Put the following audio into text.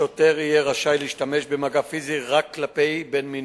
שוטר יהיה רשאי להשתמש במגע פיזי רק כלפי בן-מינו.